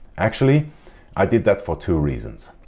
actually i did that for two reasons.